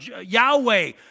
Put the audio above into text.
Yahweh